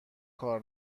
کار